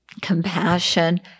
compassion